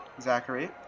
Zachary